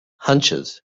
hunches